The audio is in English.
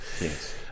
Yes